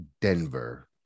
Denver